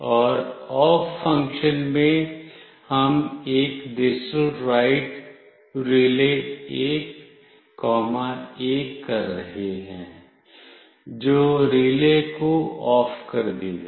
और OFF function में हम एक digitalWriteRELAY1 1 कर रहे हैं जो रिले को OFF कर देगा